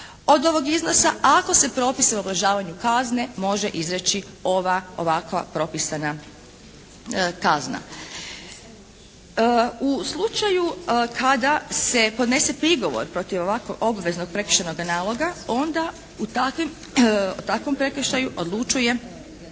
od ovog iznosa, ako se …/Govornica se ne razumije./… kazne može izreći ova ovakva propisana kazna. U slučaju kada se podnese prigovor protiv ovako obveznog prekršajnoga naloga onda u takvom prekršaju odlučuje